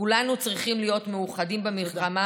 כולנו צריכים להיות מאוחדים במלחמה